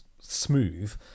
smooth